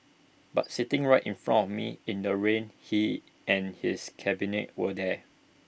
but sitting right in front of me in the rain he and his cabinet were there